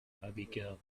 abigail